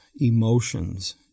emotions